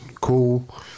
cool